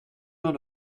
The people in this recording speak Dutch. door